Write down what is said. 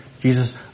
Jesus